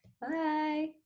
bye